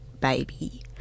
baby